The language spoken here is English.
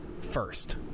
first